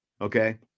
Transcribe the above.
okay